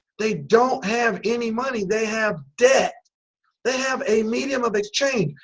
they don't have any money they have debt they have a medium of exchange.